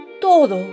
todo